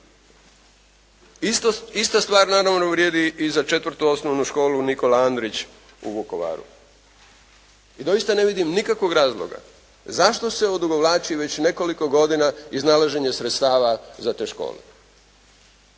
Ista stvar naravno vrijedi i za IV. osnovnu školu Nikola Andrić u Vukovaru. I doista ne vidim nikakvog razloga zašto se odugovlači već nekoliko godina iznalaženje sredstava za te škole.